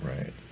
right